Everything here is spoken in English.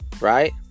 right